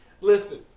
Listen